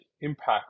impact